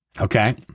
Okay